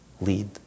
lead